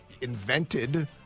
invented